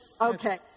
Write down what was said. Okay